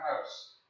house